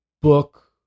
book